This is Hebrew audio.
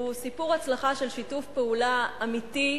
הוא סיפור הצלחה של שיתוף פעולה אמיתי,